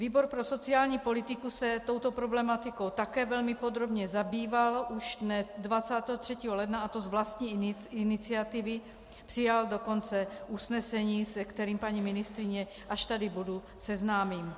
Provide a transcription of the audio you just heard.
Výbor pro sociální politiku se touto problematikou také velmi podrobně zabýval už dne 23. ledna, a to z vlastní iniciativy, přijal dokonce usnesení, se kterým paní ministryni, až tady bude, seznámím.